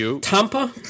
Tampa